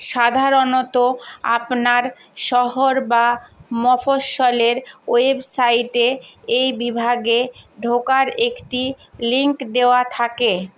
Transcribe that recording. সাধারণত আপনার শহর বা মফস্বলের ওয়েবসাইটে এই বিভাগে ঢোকার একটি লিঙ্ক দেওয়া থাকে